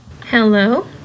Hello